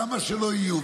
כמה שלא יהיו,